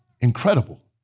incredible